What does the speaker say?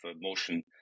motion